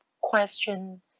question